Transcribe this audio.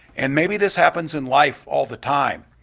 and maybe this happens in life all the time,